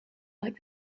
like